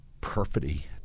perfidy